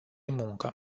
muncă